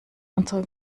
unserer